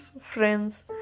friends